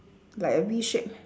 like a V shape